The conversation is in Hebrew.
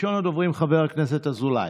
ראשון הדוברים, חבר הכנסת אזולאי,